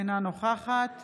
אינה נוכחת